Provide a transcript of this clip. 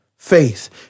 Faith